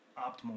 optimal